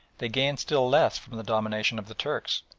they gained still less from the domination of the turks.